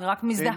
אני רק מזדהה.